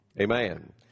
Amen